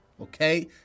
okay